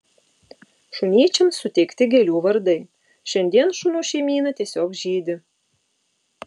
šunyčiams suteikti gėlių vardai šiandien šunų šeimyna tiesiog žydi